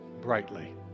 brightly